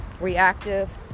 Reactive